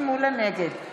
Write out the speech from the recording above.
נגד פטין,